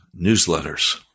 newsletters